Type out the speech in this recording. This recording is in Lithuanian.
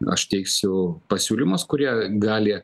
aš teiksiu pasiūlymus kurie gali